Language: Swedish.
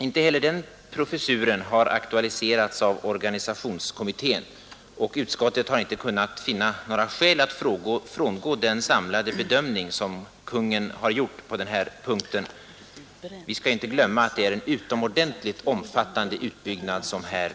Inte heller den professuren har aktualiserats av organisationskommittén, och utskottet har inte kunnat finna några skäl att frångå den samlade bedömning som Kungl. Maj:t har gjort på denna punkt. Vi skall inte heller här glömma att det är en utomordentligt omfattande utbyggnad som nu sker.